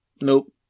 nope